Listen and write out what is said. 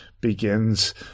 begins